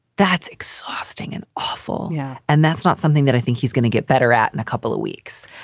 that's exhausting and awful. yeah. and that's not something that i think he's gonna get better at in a couple of weeks.